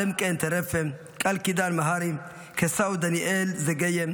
עלמאקן טרפה, קאלקידן מהרי, קאסאו דניאל זגייה,